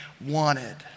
wanted